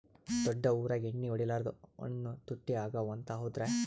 ದೊಡ್ಡ ಊರಾಗ ಎಣ್ಣಿ ಹೊಡಿಲಾರ್ದ ಹಣ್ಣು ತುಟ್ಟಿ ಅಗವ ಅಂತ, ಹೌದ್ರ್ಯಾ?